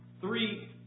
Three